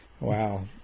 Wow